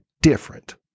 different